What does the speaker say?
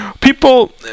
People